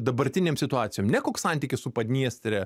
dabartinėm situacijom ne koks santykis su padniestre